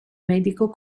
medico